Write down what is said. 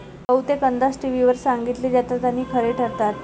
बहुतेक अंदाज टीव्हीवर सांगितले जातात आणि खरे ठरतात